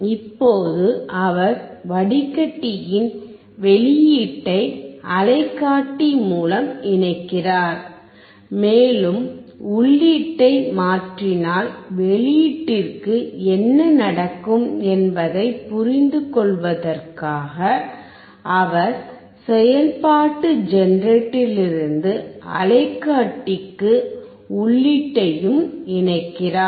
இப்போது அவர் வடிகட்டியின் வெளியீட்டை அலைக்காட்டி மூலம் இணைக்கிறார் மேலும் உள்ளீட்டை மாற்றினால் வெளியீட்டிற்கு என்ன நடக்கும் என்பதைப் புரிந்துகொள்வதற்காக அவர் செயல்பாட்டு ஜெனரேட்டரிலிருந்து அலைக்காட்டிக்கு உள்ளீட்டையும் இணைக்கிறார்